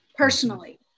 personally